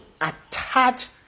attach